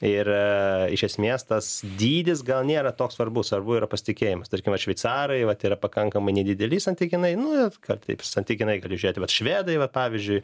ir iš esmės tas dydis gal nėra toks svarbus svarbu yra pasitikėjimas tarkime vat šveicarai vat yra pakankamai nedideli santykinai nu it kar taip santykinai gali žiurėti vat švedai va pavyzdžiui